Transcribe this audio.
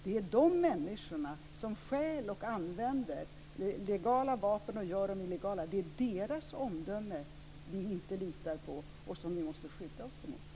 Det är de människor som stjäl och använder legala vapen så att de blir illegala som vi inte litar på och som vi måste skydda oss emot.